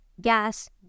gas